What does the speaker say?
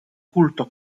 culto